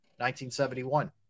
1971